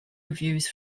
reviews